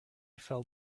fell